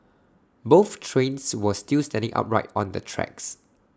both trains were still standing upright on the tracks